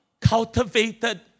cultivated